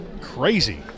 crazy